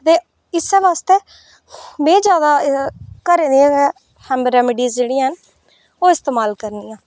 ते इस्सै आस्तै में जैदा घर दे गै होम रेमीडिस जेह्ड़ियां हैन ओह् इस्तेमाल करनी आं